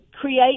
create